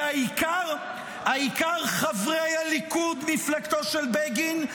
והעיקר, העיקר, חברי הליכוד, מפלגתו של בגין,